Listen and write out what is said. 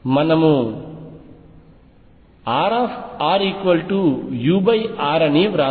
మనము Rrur అని వ్రాద్దాం